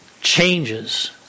changes